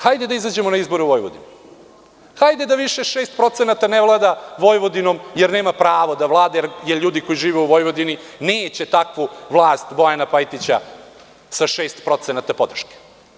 Hajde da izađemo na izbore u Vojvodini, hajde da više 6% ne vlada Vojvodinom, jer nema pravo da vlada, jer ljudi koji žive u Vojvodini neće takvu vlast Bojana Pajtića sa 6% podrške.